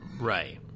Right